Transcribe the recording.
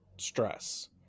stress